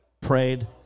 prayed